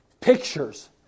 pictures